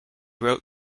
wrote